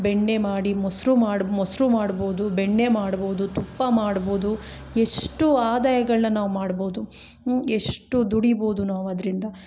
ಬೆಣ್ಣೆ ಮಾಡಿ ಮೊಸರು ಮಾಡಿ ಮೊಸರು ಮಾಡ್ಬೌದು ಬೆಣ್ಣೆ ಮಾಡ್ಬೌದು ತುಪ್ಪ ಮಾಡ್ಬೌದು ಎಷ್ಟು ಆದಾಯಗಳನ್ನ ನಾವು ಮಾಡ್ಬೌದು ಎಷ್ಟು ದುಡಿಬೌದು ನಾವು ಅದ್ರಿಂದ